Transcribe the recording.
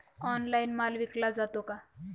Online माल विकला जातो का?